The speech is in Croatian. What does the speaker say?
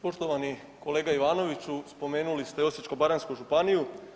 Poštovani kolega Ivanoviću, spomenuli ste Osječko-baranjsku županiju.